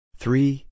three